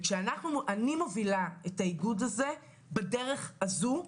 וכשאני מובילה את האיגוד הזה בדרך הזו,